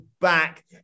back